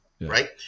Right